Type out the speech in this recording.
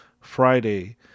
Friday